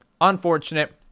Unfortunate